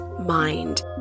mind